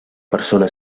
persona